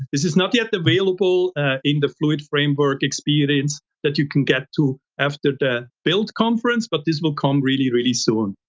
this is not yet available in the fluid framework experience that you can get to after the build conference, but this will come really really soon.